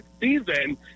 season